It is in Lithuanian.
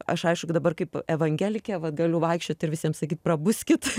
aš aišku dabar kaip evangelikė vat galiu vaikščiot ir visiems sakyt prabuskit